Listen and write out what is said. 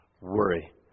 worry